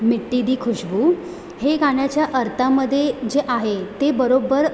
मिट्टी दी खुशबू हे गाण्याच्या अर्थामध्ये जे आहे ते बरोब्बर